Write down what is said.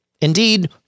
indeed